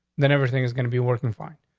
then everything is gonna be working. fine.